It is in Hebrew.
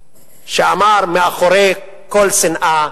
שאמר: "מאחורי כל שנאה